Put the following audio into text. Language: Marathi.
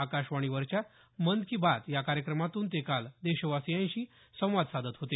आकाशवाणीवरच्या मन की बात या कार्यक्रमातून ते काल देशवासियांशी संवाद साधत होते